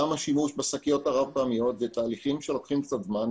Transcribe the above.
גם השימוש בשקיות הרב-פעמיות אלה תהליכים שלוקחים קצת זמן.